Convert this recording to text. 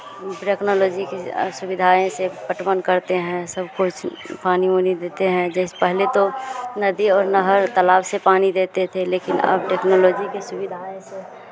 technology के ज़रिए असुविधाएं से पटवन करते हैं सब कुछ पानी ऊनी देते हैं जैसे पहले तो नदी और नहर तलाब से पानी देते थे लेकिन अब टेक्नोलोजी के सुविधाएं से